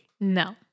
No